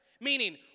meaning